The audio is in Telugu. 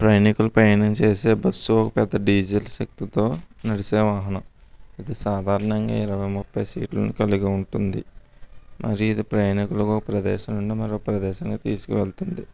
ప్రయాణికులు ప్రయాణించేసే బస్సు ఒక పెద్ద డీజిల్ శక్తితో నడిసే వాహనం ఇది సాధారణంగా ఇరవై ముప్పై సీట్లను కలిగి ఉంటుంది మరియు ఇది ప్రయాణికులను ఒక ప్రదేశం నుండి మరొక ప్రదేశానికి తీసుకువెళుతుంది